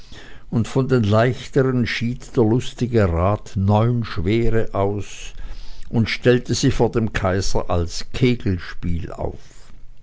und von den leichteren schied der lustige rat neun schwere aus und stellte sie vor dem kaiser als kegelspiel auf